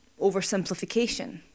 oversimplification